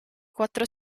quattro